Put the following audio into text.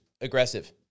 aggressive